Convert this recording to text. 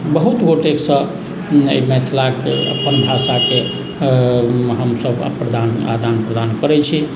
बहुत गोटेसँ ई मिथिलाके अपन भाषाके हमसब प्रदान आदान प्रदान करै छी